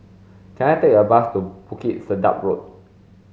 can I take a bus to Bukit Sedap Road